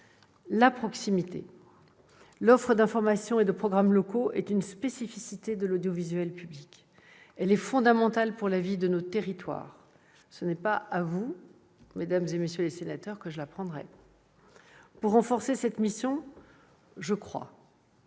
la proximité. L'offre d'informations et de programmes locaux est une spécificité de l'audiovisuel public. Elle est fondamentale pour la vie de nos territoires ; ce n'est pas à vous, mesdames, messieurs les sénateurs, que je l'apprendrai. Pour renforcer cette mission, je crois